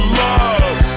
love